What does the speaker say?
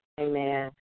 Amen